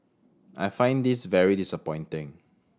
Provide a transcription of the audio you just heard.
I find this very disappointing